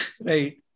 Right